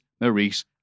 Maurice